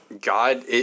God